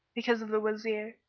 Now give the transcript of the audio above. because of the wazir,